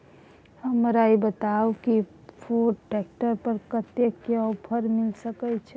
हमरा ई बताउ कि फोर्ड ट्रैक्टर पर कतेक के ऑफर मिलय सके छै?